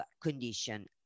condition